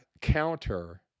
counter